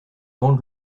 bande